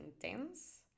intense